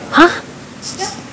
!huh!